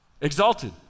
exalted